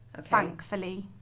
thankfully